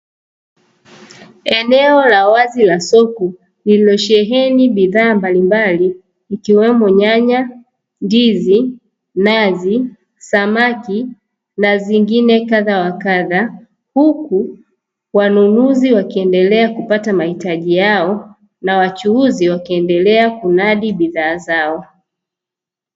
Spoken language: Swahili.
Eneo la wazi la soko lililosheheni bidhaa mbalimbali ikiwemo nyanya, ndizi, nazi, samaki na zingine kadha wa kadha. Huku wanunuzi wakiendelea kupata mahitaji yao na wachuuzi wakiendelea kunadi bidhaa zao.